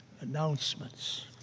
Announcements